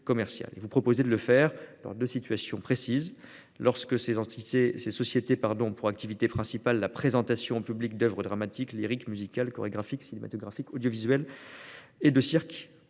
Elle prévoit de le faire dans deux situations précises : lorsque ces sociétés ont pour activité principale la présentation au public d'oeuvres dramatiques, lyriques, musicales, chorégraphiques, cinématographiques, audiovisuelles et de cirque